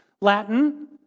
Latin